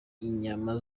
inyama